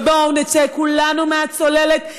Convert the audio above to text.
ובואו נצא כולנו מהצוללת,